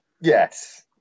Yes